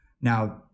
Now